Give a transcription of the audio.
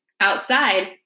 Outside